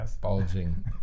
bulging